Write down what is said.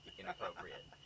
inappropriate